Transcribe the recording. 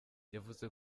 yavuze